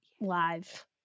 live